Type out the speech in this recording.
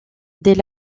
des